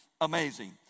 amazing